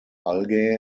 algae